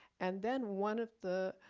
and then, one of the